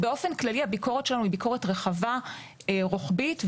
הביקורת שלנו היא ביקורת רחבה, רוחבית.